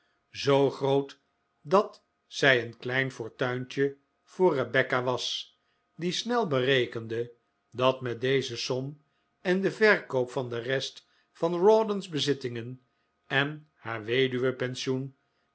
zoo groot dat zij een klein fortuintje voor rebecca was die snel berekende dat met deze som en den verkoop van de rest van rawdon's bezittingen en haar weduwe pensioen